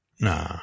Nah